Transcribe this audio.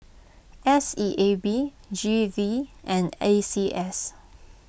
S E A B G V and A C S